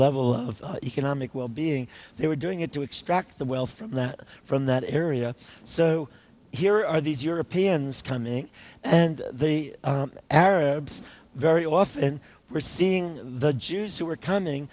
level of economic wellbeing they were doing it to extract the wealth from that from that area so here are these europeans coming and the arabs very often we're seeing the jews who are coming